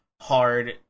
hard